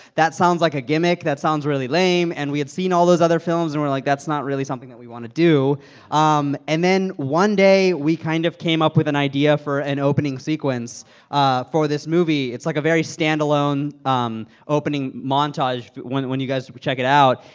that sounds like a gimmick. that sounds really lame. and we had seen all those other films. and we're like, that's not really something that we want to do um and then one day, we kind of came up with an idea for an opening sequence ah for this movie. it's, like, a very standalone um opening montage when when you guys check it out.